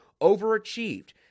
overachieved